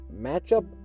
matchup